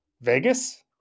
Vegas